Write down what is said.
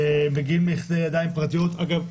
מגיעים לידי ידיים פרטיות אגב,